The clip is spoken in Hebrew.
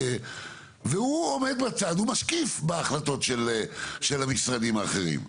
והוא עומד בצד והוא משקיף בהחלטות של המשרדים האחרים.